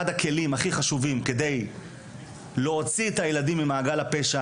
הכלים הכי חשובים כדי להוציא את הילדים ממעגל הפשע,